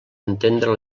entendre